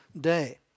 day